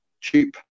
cheap